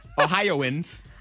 Ohioans